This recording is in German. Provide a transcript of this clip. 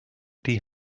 die